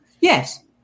Yes